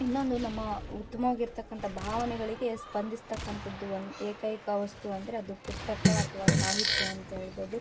ಇನ್ನೊಂದು ನಮ್ಮ ಉತ್ತಮವಾಗಿರ್ತಕ್ಕಂಥ ಭಾವನೆಗಳಿಗೆ ಸ್ಪಂದಿಸತಕ್ಕಂಥದ್ದು ಒಂದು ಏಕೈಕ ವಸ್ತು ಅಂದರೆ ಅದು ಪುಸ್ತಕ ಅಥ್ವಾ ಸಾಹಿತ್ಯ ಅಂತ ಹೇಳ್ಬೋದು